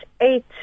eight